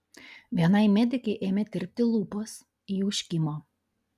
vienai medikei ėmė tirpti lūpos ji užkimo